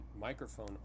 microphone